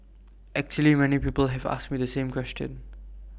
actually many people have asked me the same question